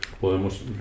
podemos